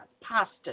Pasta